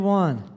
one